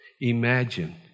Imagine